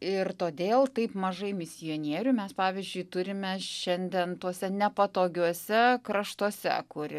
ir todėl taip mažai misionierių mes pavyzdžiui turime šiandien tuose nepatogiuose kraštuose kur